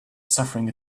suffering